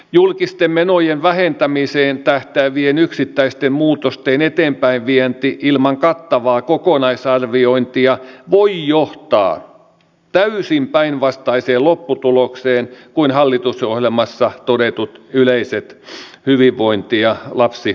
julkisten menojen vähentämiseen tähtäävien yksittäisten muutosten eteenpäinvienti ilman kattavaa kokonaisarviointia voi johtaa täysin päinvastaiseen lopputulokseen kuin hallitusohjelmassa todetut yleiset hyvinvointi ja lapsiystävälliset tavoitteet